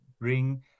bring